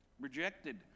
rejected